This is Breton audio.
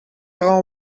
ran